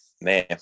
man